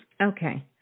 Okay